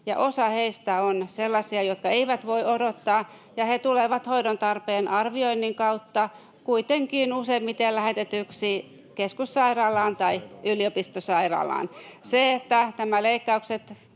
osa heistä on sellaisia, jotka eivät voi odottaa, ja he tulevat hoidon tarpeen arvioinnin kautta kuitenkin useimmiten lähetetyiksi keskussairaalaan tai yliopistosairaalaan.